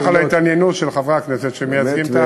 אני שמח על ההתעניינות של חברי הכנסת שמייצגים את הציבור,